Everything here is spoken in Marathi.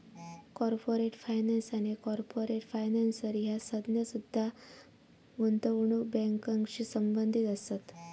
कॉर्पोरेट फायनान्स आणि कॉर्पोरेट फायनान्सर ह्या संज्ञा सुद्धा गुंतवणूक बँकिंगशी संबंधित असत